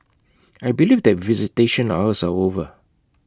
I believe that visitation hours are over